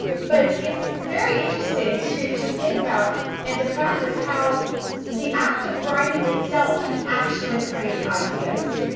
but it's very interesting to to think about and to practice how the active writing itself can actually create ideas.